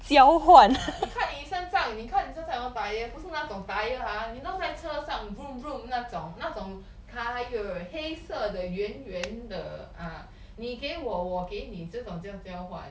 啊你看你身上你看你身上很多 tyre 不是那种 tyre ha 你弄在车上 那种那种 tyre 黑色的圆圆的啊你给我我给你这种叫交换